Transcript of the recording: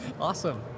Awesome